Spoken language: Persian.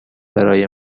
برای